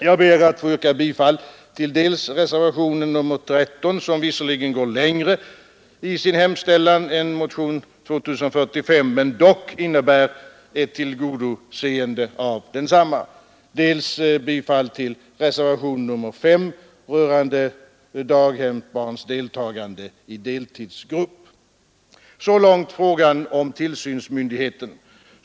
Jag yrkar bifall dels till reservationen 13, som visserligen går längre i sin hemställan än motionen 2045 men dock innebär ett tillgodoseende av densamma, dels till reservationen 5 rörande daghemsbarns deltagande i deltidsgrupper. Så långt frågan om tillsynsmyndigheten.